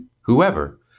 whoever